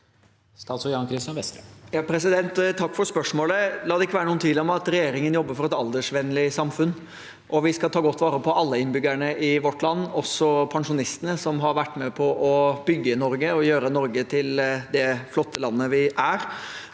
Takk for spørsmålet. La det ikke være noen tvil om at regjeringen jobber for et aldersvennlig samfunn. Vi skal ta godt vare på alle innbyggerne i vårt land, også pensjonistene, som har vært med på å bygge Norge og gjøre Norge til det flotte landet vi er.